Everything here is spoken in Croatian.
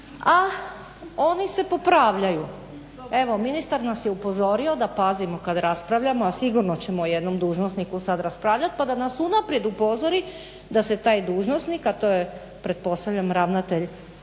A oni se popravljaju, evo ministar nas je upozorio da pazimo kad raspravljamo, a sigurno ćemo o jednom dužnosniku sad raspravljat pa da nas unaprijed upozori da se taj dužnosnik, a to je pretpostavljam ravnatelj